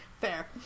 Fair